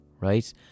right